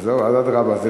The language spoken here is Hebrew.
אז אדרבה.